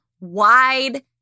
wide